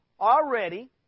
Already